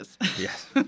Yes